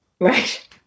Right